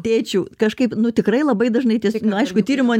tėčiu kažkaip nu tikrai labai dažnai tiesiog nu aišku tyrimo